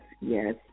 yes